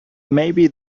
maybe